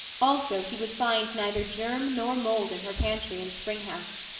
also, he would find neither germ nor mould in her pantry and spring house,